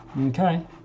Okay